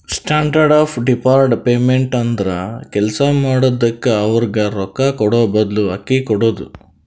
standard of deferred payment ಅಂದುರ್ ಕೆಲ್ಸಾ ಮಾಡಿದುಕ್ಕ ಅವ್ರಗ್ ರೊಕ್ಕಾ ಕೂಡಾಬದ್ಲು ಅಕ್ಕಿ ಕೊಡೋದು